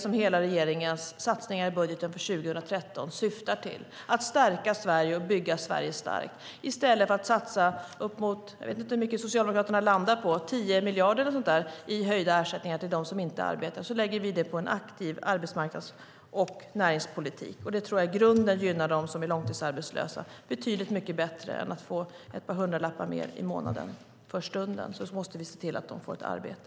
Det är det som regeringens hela satsning i budgeten för 2013 syftar till - att stärka Sverige och bygga Sverige starkt. I stället för att satsa uppemot - jag vet inte vad Socialdemokraterna landar på - 10 miljarder i höjda ersättningar till dem som inte arbetar lägger vi det på en aktiv arbetsmarknads och näringspolitik. Det tror jag i grunden gynnar dem som är långtidsarbetslösa betydligt mycket bättre än att få ett par hundralappar mer i månaden för stunden. Vi måste se till att de får ett arbete.